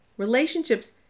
Relationships